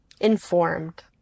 informed